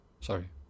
Sorry